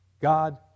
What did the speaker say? God